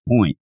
point